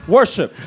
worship